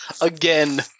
again